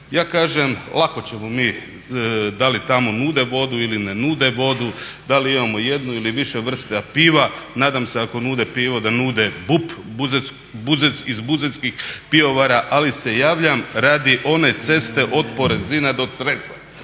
Ja kažem lako ćemo mi, da li tamo nude vodu ili ne nude vodu, da li imamo jednu ili više vrsta piva. Nadam se ako nude pivo da nude BUP, iz buzetskih pivovara. Ali se javljam radi one ceste od Porezina do Cresa.